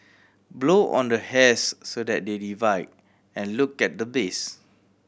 blow on the hairs so that they divide and look at the base